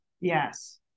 Yes